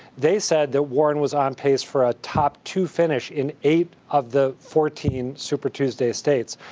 they said that warren was on pace for a top two finish in eight of the fourteen super tuesday states.